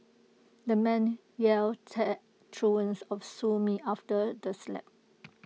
the man yelled taunts of sue me after the slap